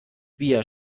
wir